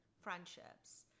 friendships